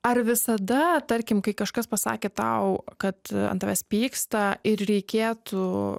ar visada tarkim kai kažkas pasakė tau kad ant tavęs pyksta ir reikėtų